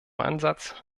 ansatz